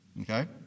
Okay